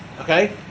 okay